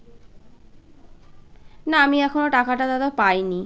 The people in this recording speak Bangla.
না আমি এখনও টাকাটা দাদা পাই নি